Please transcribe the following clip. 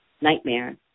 nightmare